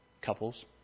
couples